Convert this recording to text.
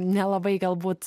nelabai galbūt